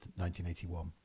1981